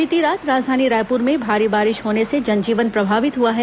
बीती रात राजधानी रायपुर में भारी बारिश होने से जनजीवन प्रभावित हुआ है